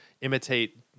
imitate